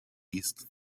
east